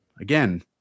again